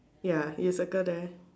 ya you circle there